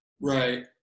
Right